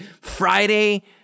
friday